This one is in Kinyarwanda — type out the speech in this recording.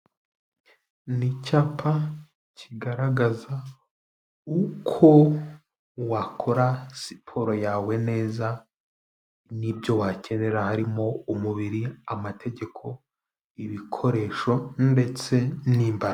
Ni icyapa kigaragaza uko wakora siporo yawe neza, n'ibyo wakenera harimo umubiri, amategeko, ibikoresho ndetse n'imbaraga.